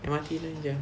M_R_T man ya